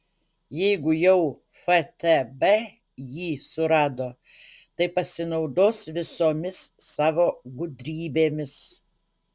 jeigu jau ftb jį surado tai pasinaudos visomis savo gudrybėmis